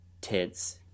tense